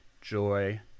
joy